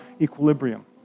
equilibrium